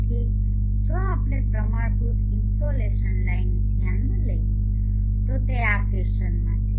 તેથી જો આપણે પ્રમાણભૂત ઇનસોલેશન લાઇન ધ્યાનમાં લઈએ તો તે આ ફેશનમાં છે